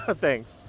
Thanks